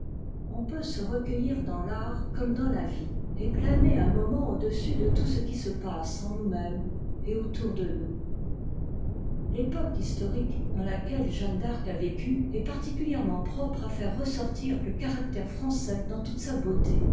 on peut se recueillir dans l'art comme dans la vie et planer un moment au-dessus de tout ce qui se passe en mous mêmes et autour de nous l'époque historique dans laquelle jeanne d'arc a vécu est particulièrement propre à faire ressortir e caractère français dans toute sa beauté